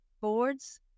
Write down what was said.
boards